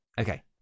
Okay